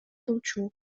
болчу